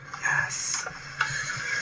Yes